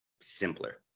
simpler